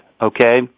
okay